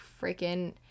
freaking